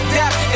death